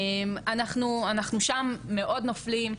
אנחנו שם מאוד נופלים,